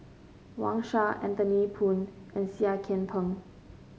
Wang Sha Anthony Poon and Seah Kian Peng